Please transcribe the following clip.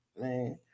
man